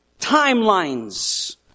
timelines